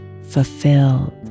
fulfilled